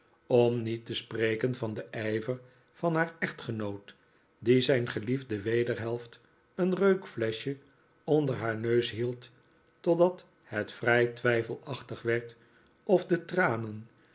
om niet te spreken van den ijver van haar echtgenoot die zijn geliefde wederhelft een reukfleschje onder haar neus hield totdat het vrij twijfelachtig werd of de tranen